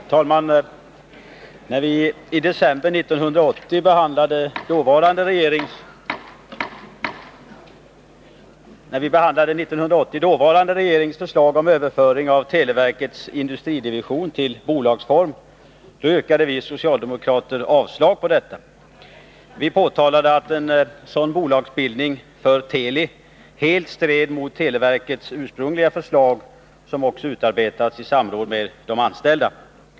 Herr talman! När riksdagen i december 1980 behandlade dåvarande regerings förslag om överföring av televerkets industridivision till bolagsform yrkade vi socialdemokrater avslag på detta. Vi påpekade att en sådan bolagsbildning för Teli helt stred mot televerkets ursprungliga förslag, som utarbetats i samråd med de anställda.